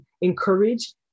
encourage